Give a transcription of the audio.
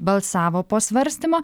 balsavo po svarstymo